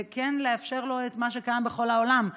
וכן לאפשר לו את מה שקיים בכל העולם,